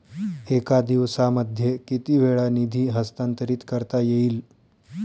एका दिवसामध्ये किती वेळा निधी हस्तांतरीत करता येईल?